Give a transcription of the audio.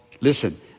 listen